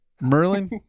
merlin